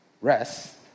rest